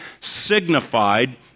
signified